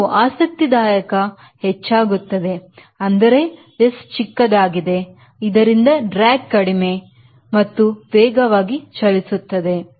ನೀವು ಆಸಕ್ತಿದಾಯಕ ಹೆಚ್ಚಾಗುತ್ತದೆ ಅಂದರೆ S ಚಿಕ್ಕದಾಗಿದೆ ಅದರಿಂದ ಡ್ರ್ಯಾಗ್ ಕಡಿಮೆ ಅದರಿಂದ ವೇಗವಾಗಿ ಚಲಿಸುತ್ತದೆ